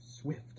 swift